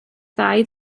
ddau